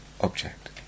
object